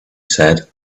said